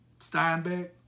Steinbeck